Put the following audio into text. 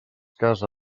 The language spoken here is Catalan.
casa